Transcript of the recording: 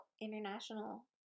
international